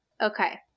okay